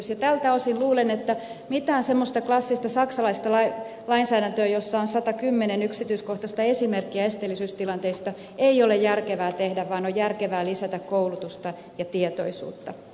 tältä osin luulen että mitään semmoista klassista saksalaista lainsäädäntöä jossa on satakymmenen yksityiskohtaista esimerkkiä esteellisyystilanteista ei ole järkevää tehdä vaan on järkevää lisätä koulutusta ja tietoisuutta